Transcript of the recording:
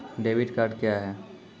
Debit card क्या हैं?